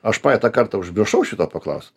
aš praeitą kartą užmiršau šito paklaus